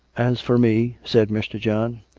as for me, said mr. john,